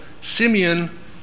Simeon